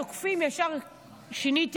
תוקפים, ישר שיניתי.